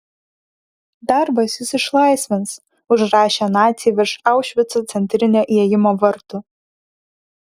darbas jus išlaisvins užrašė naciai virš aušvico centrinio įėjimo vartų